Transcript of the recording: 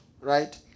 Right